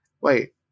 wait